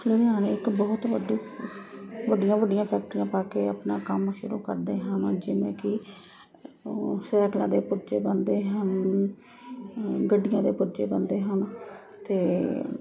ਲੁਧਿਆਣੇ ਇੱਕ ਬਹੁਤ ਵੱਡੀ ਵੱਡੀਆਂ ਵੱਡੀਆਂ ਫੈਕਟਰੀਆਂ ਪਾ ਕੇ ਆਪਣਾ ਕੰਮ ਸ਼ੁਰੂ ਕਰਦੇ ਹਨ ਜਿਵੇਂ ਕਿ ਉਹ ਸਾਈਕਲਾਂ ਦੇ ਪੁਰਜੇ ਬਣਦੇ ਹਨ ਗੱਡੀਆਂ ਦੇ ਪੁਰਜੇ ਬਣਦੇ ਹਨ ਅਤੇ